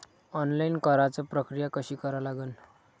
Online कराच प्रक्रिया कशी करा लागन?